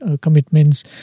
commitments